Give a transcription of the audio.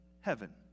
heaven